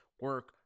Work